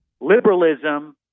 liberalism